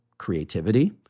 creativity